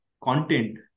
content